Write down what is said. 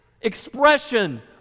expression